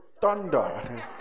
thunder